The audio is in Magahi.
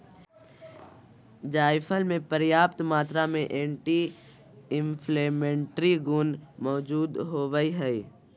जायफल मे प्रयाप्त मात्रा में एंटी इंफ्लेमेट्री गुण मौजूद होवई हई